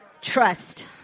Trust